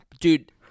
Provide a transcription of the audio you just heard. dude